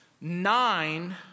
Nine